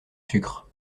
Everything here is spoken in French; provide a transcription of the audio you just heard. sucre